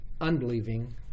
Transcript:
unbelieving